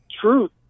truth